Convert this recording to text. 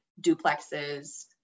duplexes